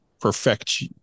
perfect